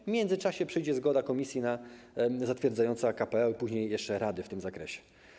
A w międzyczasie przyjdzie zgoda komisji zatwierdzająca KPO, a później jeszcze rady w tym zakresie.